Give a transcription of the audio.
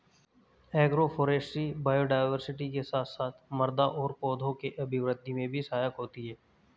agroforestry biodiversity के साथ साथ मृदा और पौधों के अभिवृद्धि में भी सहायक होती है